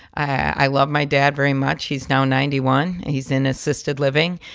i love my dad very much. he's now ninety one. and he's in assisted living.